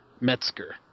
Metzger